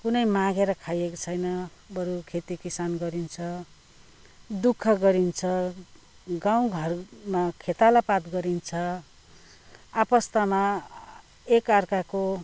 कुनै मागेर खाइएको छैन बरु खेती किसान गरिन्छ दु ख गरिन्छ गाउँ घरमा खेतालापात गरिन्छ आपस्तमा एकआर्काको